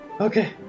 okay